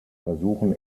versuchen